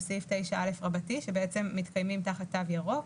סעיף 9א שבעצם מתקיימים תחת תו ירוק.